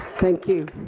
thank you.